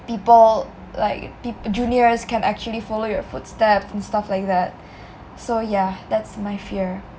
people like p~ juniors can actually follow your footstep and stuff like that so yah that's my fear